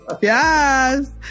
Yes